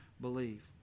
believe